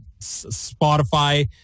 Spotify